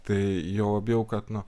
tai juo labiau kad nu